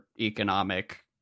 economic